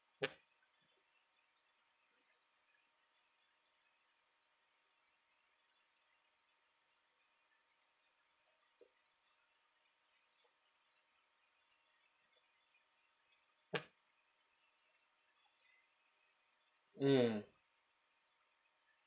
mm